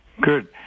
Good